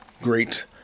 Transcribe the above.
great